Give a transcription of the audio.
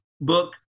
book